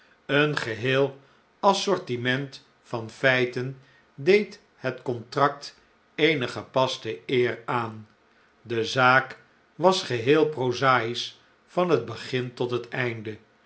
een geheel assortment van feiten deed het contract eene gepaste eer aan de zaak was geheel prozaisch van het begin tot het einde